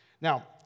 Now